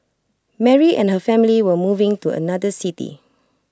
Mary and her family were moving to another city